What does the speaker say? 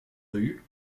rues